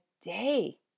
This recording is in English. day